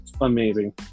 amazing